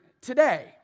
today